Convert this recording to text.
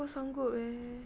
kau sanggup eh